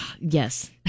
yes